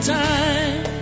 time